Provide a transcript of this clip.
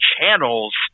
channels